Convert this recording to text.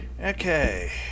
Okay